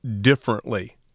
differently